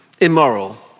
immoral